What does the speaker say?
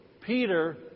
Peter